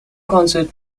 concert